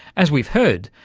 as we've heard,